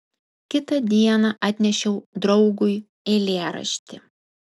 kitą dieną atnešiau draugui eilėraštį